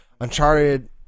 Uncharted